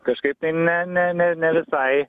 kažkaip tai ne ne nevisai